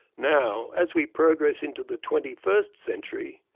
now as we progress into the twenty-first century,